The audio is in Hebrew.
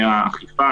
האכיפה.